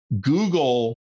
Google